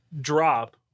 drop